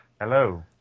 Hello